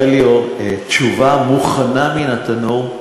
הרי אין לי תשובה מוכנה מן התנור.